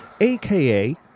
aka